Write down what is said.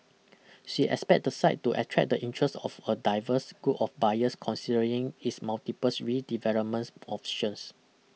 she expect the site to attract the interest of a diverse group of buyers considering its multiples redevelopments options